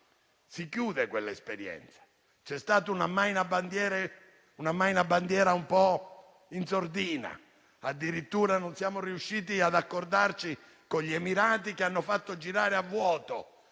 si chiude quella esperienza. C'è stato un ammaina bandiera un po' in sordina. Addirittura non siamo riusciti ad accordarci con gli Emirati, che hanno fatto girare a vuoto